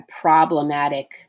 problematic